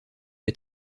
est